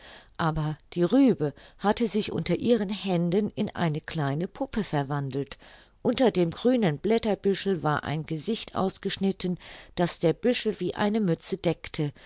aber die rübe hatte sich unter ihren händen in eine kleine puppe verwandelt unter dem grünen blätterbüschel war ein gesicht ausgeschnitten das der büschel wie eine mütze deckte